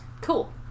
Cool